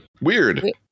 Weird